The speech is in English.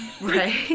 Right